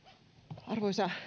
arvoisa